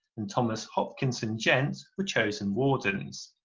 and thomas hopkinson, gent, were chosen wardens.